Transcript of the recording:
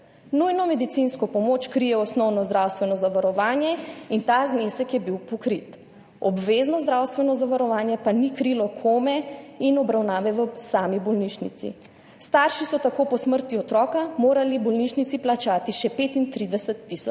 Nujno medicinsko pomoč krije osnovno zdravstveno zavarovanje in ta znesek je bil pokrit. Obvezno zdravstveno zavarovanje pa ni krilo kome in obravnave v sami bolnišnici. Starši so tako po smrti otroka morali bolnišnici plačati še 35 tisoč